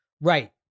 Right